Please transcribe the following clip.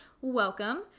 welcome